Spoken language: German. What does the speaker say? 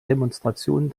demonstrationen